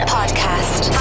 Podcast